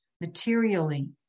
materially